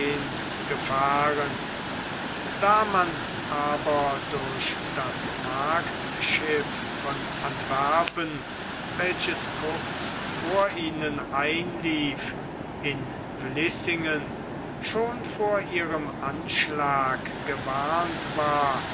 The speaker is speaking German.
gefahren da man aber durch das marktschiff von antwerpen welches kurz vor ihnen einlief in vließingen schon vor ihrem anschlage gewarnt war